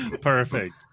Perfect